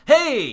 Hey